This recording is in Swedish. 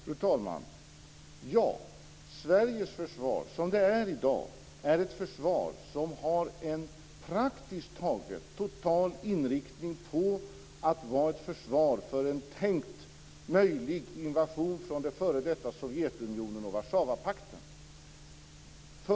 Fru talman! Ja. Sveriges försvar, som det ser ut i dag, har en praktiskt taget total inriktning mot en tänkt möjlig invasion från f.d. Sovjetunionen och Warszawapakten.